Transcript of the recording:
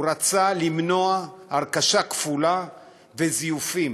נועד למנוע הרכשה כפולה וזיופים.